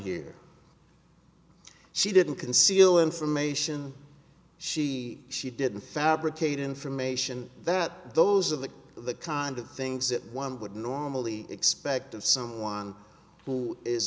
here she didn't conceal information she she didn't fabricate information that those of the the kind of things that one would normally expect of someone who is